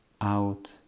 out